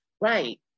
Right